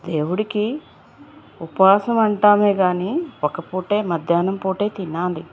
దేవుడికి ఉపవాసం అంటామే కానీ ఒక్క పూటే మధ్యాహ్నం పూటే తినాలి